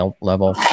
level